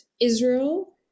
Israel